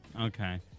Okay